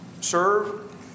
serve